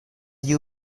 you